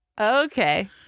okay